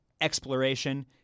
exploration